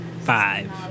Five